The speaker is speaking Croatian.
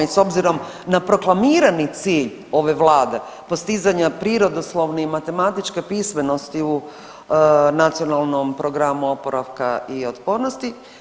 I s obzirom na proklamirani cilj ove Vlade postizanja prirodoslovne i matematičke pismenosti u Nacionalnom programu oporavka i otpornosti.